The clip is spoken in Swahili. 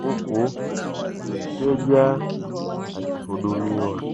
huku mteja akihudumiwa.